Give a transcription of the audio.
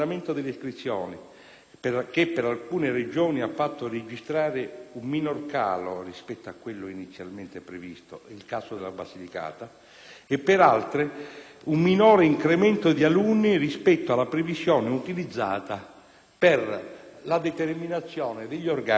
che per alcune Regioni ha fatto registrare un minor calo rispetto a quello inizialmente previsto - è il caso della Basilicata - e per altre un minore incremento di alunni rispetto alla previsione utilizzata per la determinazione dell'organico di diritto.